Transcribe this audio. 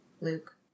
Luke